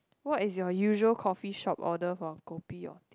what is your usual coffee shop order for kopi or teh